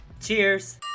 Cheers